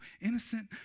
innocent